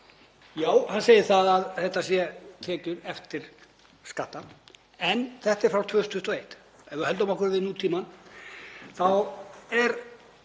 Já, hann segir að þetta séu tekjur eftir skatta en þetta er frá 2021. Ef við höldum okkur við nútímann þá er